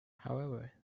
however